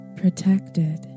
protected